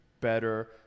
better